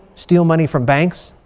steal money from banks,